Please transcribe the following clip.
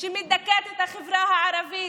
שמדכאת את החברה הערבית.